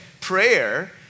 Prayer